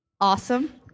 Awesome